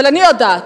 אבל אני יודעת,